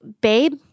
babe